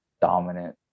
dominant